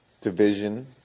division